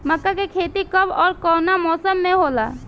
मका के खेती कब ओर कवना मौसम में होला?